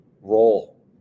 role